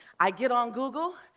i get on google,